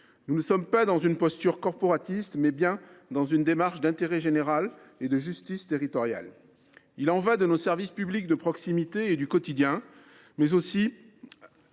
s’inscrit non dans une posture corporatiste, mais bien dans une logique d’intérêt général et de justice territoriale. Il y va de nos services publics de proximité et du quotidien, mais aussi